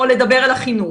או לדבר על החינוך,